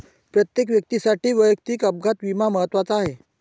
प्रत्येक व्यक्तीसाठी वैयक्तिक अपघात विमा महत्त्वाचा आहे